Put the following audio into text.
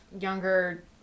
younger